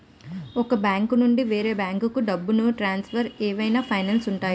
ఒక బ్యాంకు నుండి వేరే బ్యాంకుకు డబ్బును ట్రాన్సఫర్ ఏవైనా ఫైన్స్ ఉంటాయా?